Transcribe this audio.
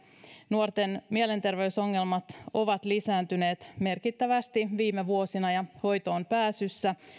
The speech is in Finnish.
nuorten mielenterveysongelmat ovat lisääntyneet merkittävästi viime vuosina ja hoitoonpääsyssä